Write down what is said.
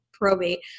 probate